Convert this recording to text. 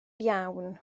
iawn